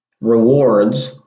rewards